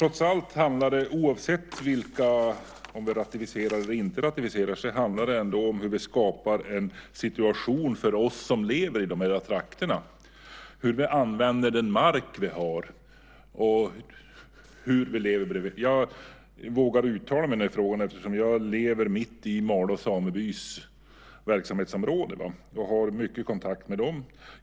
Oavsett om vi ratificerar eller inte gör det handlar det om hur vi skapar en situation för oss som lever i de här trakterna. Det handlar om hur vi använder den mark vi har och om hur vi lever bredvid varandra. Jag vågar uttala mig i frågan eftersom jag lever mitt i Malå samebys verksamhetsområde och har mycket kontakter med människorna där.